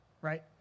right